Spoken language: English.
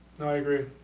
i agree